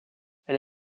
elle